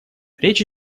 речь